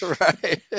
Right